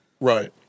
Right